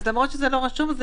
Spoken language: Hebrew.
אז למרות שזה לא רשום?